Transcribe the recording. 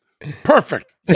Perfect